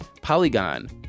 Polygon